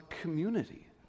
community